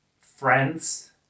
friends